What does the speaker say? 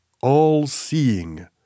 all-seeing